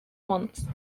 once